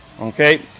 Okay